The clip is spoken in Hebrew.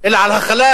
אלא על החלש.